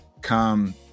come